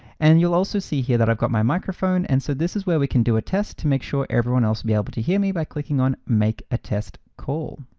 and you'll also see here that i've got my microphone. and so this is where we can do a test to make sure everyone else be able to hear me by clicking on make a test call.